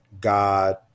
God